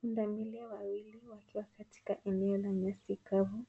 Pundamilia wawili wakiwa katika eneo la nyasi kavu